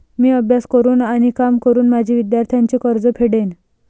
मी अभ्यास करून आणि काम करून माझे विद्यार्थ्यांचे कर्ज फेडेन